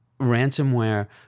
Ransomware